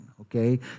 okay